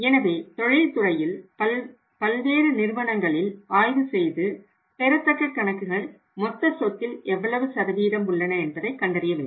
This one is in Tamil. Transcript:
எனவே தொழில் துறையில் உள்ள பல்வேறு நிறுவனங்களில் ஆய்வு செய்து பெறத்தக்க கணக்குகள் மொத்த சொத்தில் எவ்வளவு சதவீதம் உள்ளன என்பதை கண்டறிய வேண்டும்